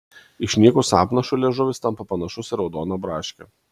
išnykus apnašui liežuvis tampa panašus į raudoną braškę